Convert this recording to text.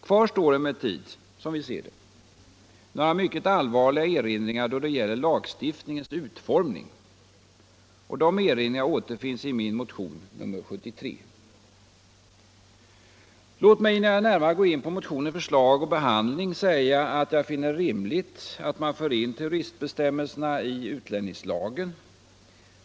Kvar står emellertid, som vi ser det, några mycket allvarliga erinringar då det gäller lagstiftningens utformning. Dessa erinringar återfinns i min motion nr 73. Låt mig innan jag går närmare in på motionens förslag och behandling säga, att jag finner det rimligt att man för in terroristbestämmelserna i utlänningslagen.